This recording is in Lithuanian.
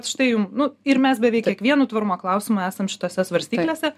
štai jum nu ir mes beveik kiekvienu tvarumo klausimu esam šitose svarstyklėse